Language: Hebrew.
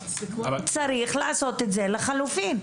צריך לעשות את זה לחלופין.